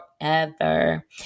forever